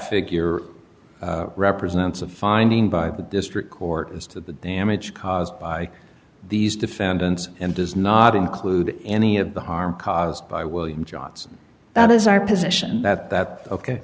figure represents of finding by the district court as to the damage caused by these defendants and does not include any of the harm caused by william johnson that is our position that that ok